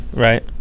Right